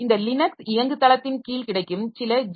இந்த லினக்ஸ் இயங்குதளத்தின் கீழ் கிடைக்கும் சில ஜி